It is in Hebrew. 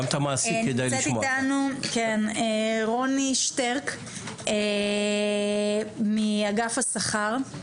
נמצאת אתנו רוני שטרק, מאגף השכר.